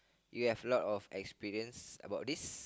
you have a lot of experience about this